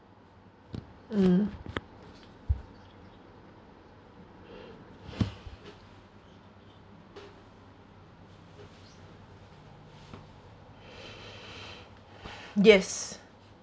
mm yes